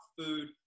food